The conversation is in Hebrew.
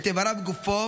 את איברי גופו,